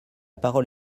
parole